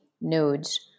nodes